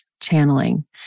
channeling